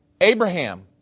Abraham